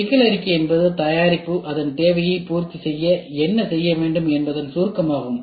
சிக்கல் அறிக்கை என்பது தயாரிப்பு அதன் தேவையை பூர்த்தி செய்ய என்ன செய்ய வேண்டும் என்பதன் சுருக்கமாகும்